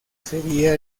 sería